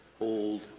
old